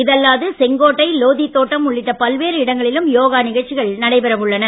இது அல்லாது செங்கோட்டை லோதி தோட்டம் உள்ளிட்ட பல்வேறு இடங்களிலும் யோகா நிகழ்ச்சிகள் நடைபெற உள்ளன